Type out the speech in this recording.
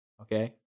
okay